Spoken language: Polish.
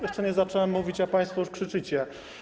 Jeszcze nie zacząłem mówić, a państwo już krzyczycie.